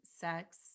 sex